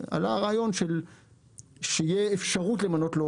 עלה הרעיון שתהיה אפשרות למנות לו